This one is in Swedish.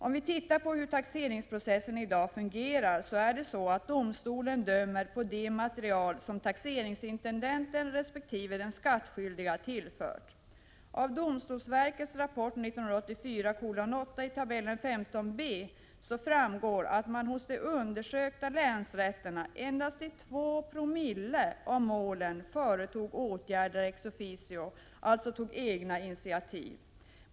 Om vi tittar på hur taxeringsprocessen i dag fungerar, finner vi att domstolen dömer på det material som taxeringsintendenten resp. den skattskyldige har tillfört. Av tabell 15 b i domstolsverkets rapport 1984:8 framgår att man hos de undersökta länsrätterna endast i2 Zoo av målen företog åtgärder ex officio, alltså tog egna initiativ.